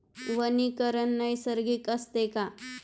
वनीकरण नैसर्गिक असते का?